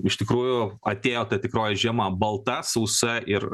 iš tikrųjų atėjo ta tikroji žiema balta sausa ir